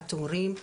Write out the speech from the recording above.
התורים,